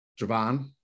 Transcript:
Javon